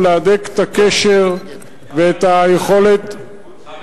הצעת חוק הרבנות הראשית לישראל באה להסדיר את היותו של